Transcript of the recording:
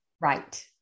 Right